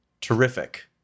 Terrific